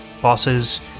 bosses